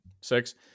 Six